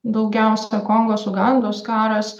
daugiausia kongo su ugandos karas